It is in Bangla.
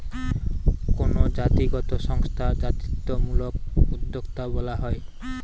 কোনো জাতিগত সংস্থা জাতিত্বমূলক উদ্যোক্তা বলা হয়